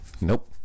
Nope